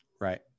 Right